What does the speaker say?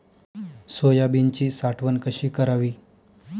सोयाबीनची साठवण कशी करावी?